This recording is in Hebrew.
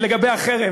לגבי החרם,